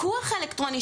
מילא פיקוח אלקטרוני,